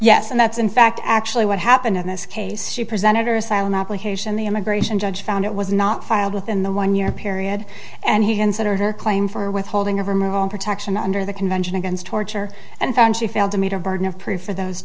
yes and that's in fact actually what happened in this case she presented her asylum application the immigration judge found it was not filed within the one year period and he considered her claim for withholding of her more own protection under the convention against torture and found she failed to meet her burden of proof for those